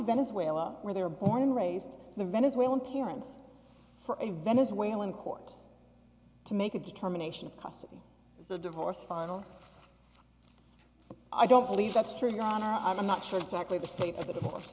venezuela where they were born and raised the venezuelan parents for a venezuelan court to make a determination of custody as the divorce final i don't believe that's true your honor i'm not sure exactly the state of the divorce